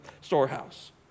storehouse